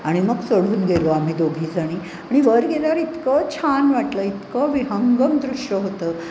आणि मग चढून गेलो आम्ही दोघीजणी आणि वर गेल्यावर इतकं छान वाटलं इतकं विहंगम दृश्य होतं